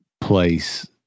place